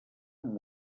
amb